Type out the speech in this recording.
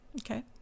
Okay